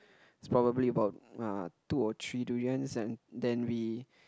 it's probably about ah two or three durians and then we